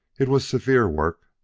it was severe work,